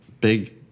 big